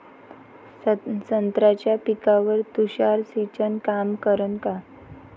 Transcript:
संत्र्याच्या पिकावर तुषार सिंचन काम करन का?